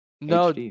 No